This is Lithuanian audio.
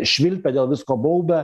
švilpia dėl visko baubia